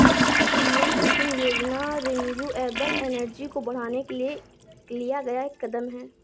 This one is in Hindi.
पी.एम कुसुम योजना रिन्यूएबल एनर्जी को बढ़ाने के लिए लिया गया एक कदम है